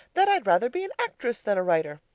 that i'd rather be an actress than a writer.